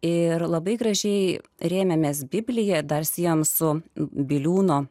ir labai gražiai rėmėmės biblijoje dar siejame su biliūno